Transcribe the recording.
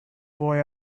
boy